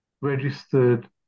registered